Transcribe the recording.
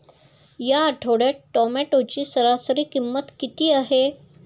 या आठवड्यात टोमॅटोची सरासरी किंमत किती आहे?